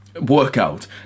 workout